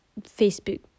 facebook